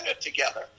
together